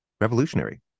revolutionary